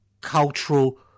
cultural